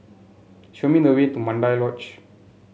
show me the way to Mandai Lodge